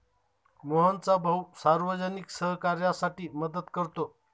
मोहनचा भाऊ सार्वजनिक सहकार्यासाठी मदत करतो